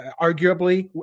arguably